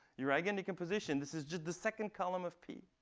you're eigendecomposition, this is just the second column of p.